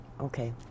Okay